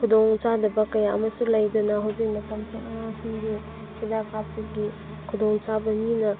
ꯈꯨꯗꯣꯡ ꯆꯥꯗꯕ ꯀꯌꯥ ꯑꯃꯁꯨ ꯂꯩꯗꯨꯅ ꯍꯧꯖꯤꯛ ꯃꯇꯝꯁꯦ ꯑꯉꯥꯡꯁꯤꯡꯒꯤ ꯍꯤꯗꯥꯛ ꯀꯥꯞꯄꯒꯤ ꯈꯨꯗꯣꯡꯆꯥꯕ ꯃꯤꯅ